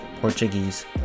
Portuguese